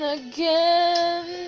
again